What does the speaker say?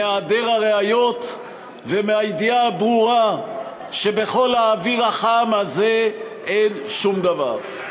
מהיעדר ראיות ומהידיעה הברורה שבכל האוויר החם הזה אין שום דבר.